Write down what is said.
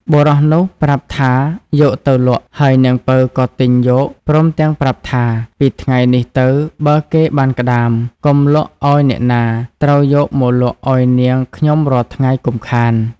បុរសនោះប្រាប់ថាយកទៅលក់ហើយនាងពៅក៏ទិញយកព្រមទាំងប្រាប់ថា ពីថ្ងៃនេះទៅបើគេបានក្ដាម កុំលក់ឲ្យអ្នកណាត្រូយកមកលក់ឲ្យនាងខ្ញុំរាល់ថ្ងៃកុំខាន។